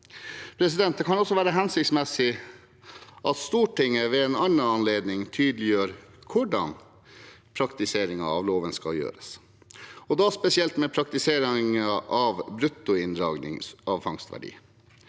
bra. Det kan også være hensiktsmessig at Stortinget ved en annen anledning tydeliggjør hvordan praktiseringen av loven skal være, spesielt med hensyn til praktiserin gen av bruttoinndragning av fangstverdi.